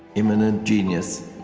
imminent genius